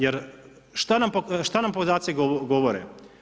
Jer šta nam podaci govore?